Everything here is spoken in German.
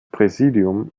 präsidium